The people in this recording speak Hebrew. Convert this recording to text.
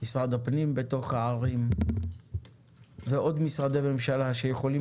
משרד הפנים בתוך הערים ומשרדי ממשלה יכולים